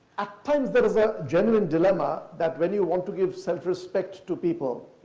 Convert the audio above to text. at times, there is a genuine dilemma that when you want to give self-respect to people,